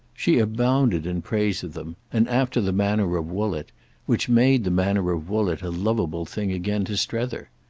she abounded in praise of them, and after the manner of woollett which made the manner of woollett a loveable thing again to strether.